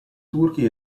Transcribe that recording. turchi